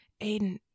Aiden